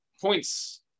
points